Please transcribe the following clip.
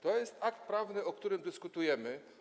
To jest akt prawny, o którym dyskutujemy.